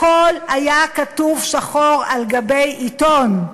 הכול היה כתוב שחור על גבי עיתון,